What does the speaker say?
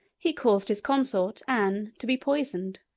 he caused his consort, anne, to be poisoned.